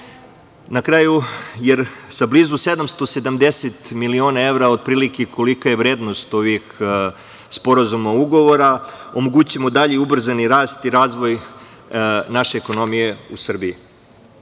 rasprave. Sa blizu 770 miliona evra, otprilike, kolika je vrednost ovih sporazuma i ugovora, omogućićemo dalji ubrzani rast i razvoj naše ekonomije u Srbiji. Kada